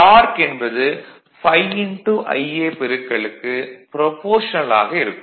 dark என்பது ∅Ia பெருக்கலுக்கு proportional ஆக இருக்கும்